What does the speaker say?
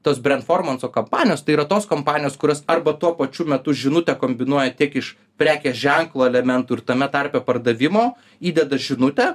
tos brentformanso kompanijos tai yra tos kompanijos kurios arba tuo pačiu metu žinutę kombinuoja tiek iš prekės ženklo elementų ir tame tarpe pardavimo įdeda žinutę